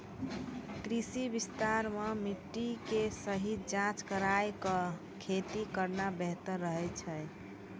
कृषि विस्तार मॅ मिट्टी के सही जांच कराय क खेती करना बेहतर रहै छै